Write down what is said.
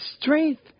strength